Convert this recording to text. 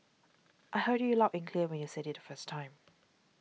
I heard you loud and clear when you said it the first time